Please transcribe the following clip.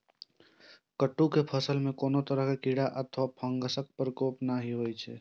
कट्टू के फसल मे कोनो तरह कीड़ा अथवा फंगसक प्रकोप नहि होइ छै